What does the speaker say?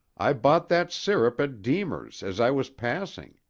i bought that sirup at deemer's as i was passing.